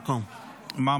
חקיקה)